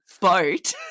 boat